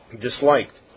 disliked